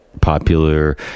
popular